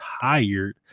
tired